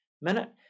minute